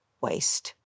waste